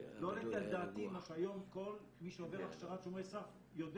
היום כל מי שעובר הכשרת שומרי סף יודע